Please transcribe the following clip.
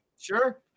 Sure